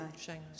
Shanghai